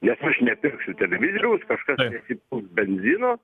nes aš nepirksiu televizoriaus kažkas nesipils benzino